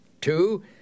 Two